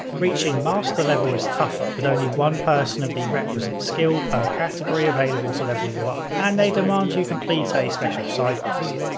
reaching master level is tougher, with only one person of the requisite skill per category available to level you up and they demand you you complete a special side quest.